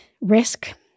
risk